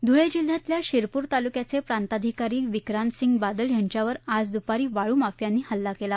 धूळे जिल्ह्यातल्या शिरपूर तालुक्याचे प्रांताधिकारी विक्रांतसिंग बादल यांच्यावर आज दूपारी वाळू माफियांनी हल्ला केला